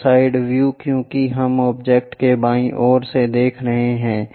और यह side view क्योंकि हम ऑब्जेक्ट के बाईं ओर से देख रहे हैं